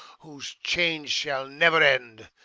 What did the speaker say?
whose change shall never end.